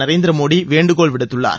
நரேந்திர மோடி வேண்டுகோள் விடுத்துள்ளார்